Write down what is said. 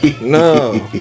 No